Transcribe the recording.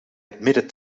admitted